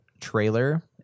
trailer